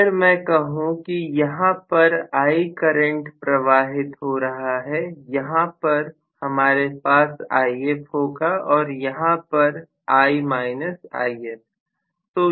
अगर मैं कहूं कि यहां पर I करंट प्रवाहित हो रहा है यहां पर हमारे पास If होगा और यहां पर I If